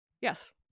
Yes